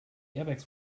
airbags